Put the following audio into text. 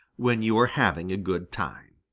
when you are having a good time.